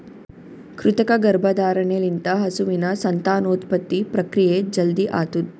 ಕೃತಕ ಗರ್ಭಧಾರಣೆ ಲಿಂತ ಹಸುವಿನ ಸಂತಾನೋತ್ಪತ್ತಿ ಪ್ರಕ್ರಿಯೆ ಜಲ್ದಿ ಆತುದ್